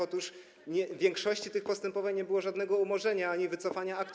Otóż w większości tych postępowań nie było żadnego umorzenia ani wycofania aktu.